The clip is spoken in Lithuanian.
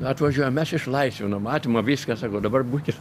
atvažiuojam mes išlaisvinom atima viską sako dabar būkit